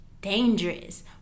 dangerous